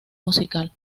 musical